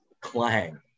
Clang